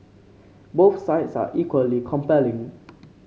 both sides are equally compelling